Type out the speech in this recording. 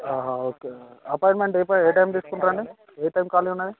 okay appointment ఏ ప ఏ టైమ్కి తీసుకుంటారు అండి ఏ టైమ్కి ఖాళీ ఉన్నాయి